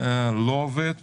לא עובד,